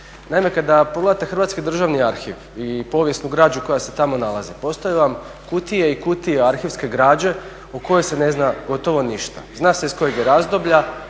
Naime, kada pogledate Hrvatski državni arhiv i povijesnu građu koja se tamo nalazi, … vam kutije i kutije arhivske građe o kojoj se ne zna gotovo ništa. Zna se iz kojeg je razdoblja,